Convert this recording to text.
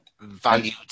valued